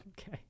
okay